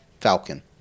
Falcon